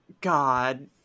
God